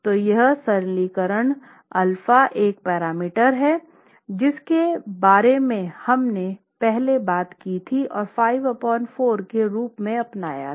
तो यह सरलीकरण अल्फा वह पैरामीटर है जिसके बारे में हमने पहले बात की थी और 54 के रूप में अपनाया था